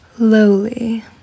Lowly